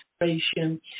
inspiration